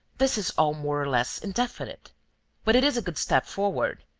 this is all more or less indefinite but it is a good step forward.